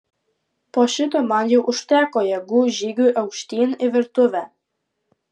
po šito man jau užteko jėgų žygiui aukštyn į virtuvę